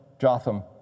Jotham